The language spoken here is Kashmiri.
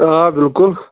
آ بِِلکُل